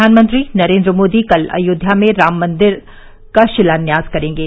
प्रधानमंत्री नरेंद्र मोदी कल अयोध्या में राम मंदिर का शिलान्यास करेंगे